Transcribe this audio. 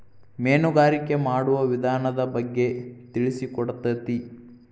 ಮೇನುಗಾರಿಕೆ ಮಾಡುವ ವಿಧಾನದ ಬಗ್ಗೆ ತಿಳಿಸಿಕೊಡತತಿ